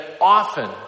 often